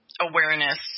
awareness